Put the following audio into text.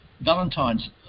Valentine's